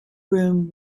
room